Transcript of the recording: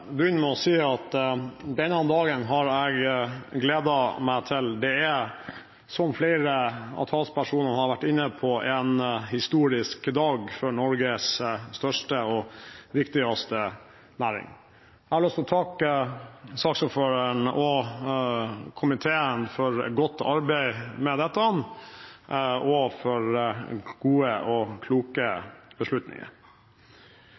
begynne med å si at denne dagen har jeg gledet meg til. Det er, som flere av talspersonene har vært inne på, en historisk dag for Norges største og viktigste næring. Jeg har lyst til å takke saksordføreren og komiteen for godt arbeid med dette og for gode og kloke beslutninger.